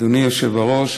אדוני היושב-ראש,